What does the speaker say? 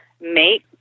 make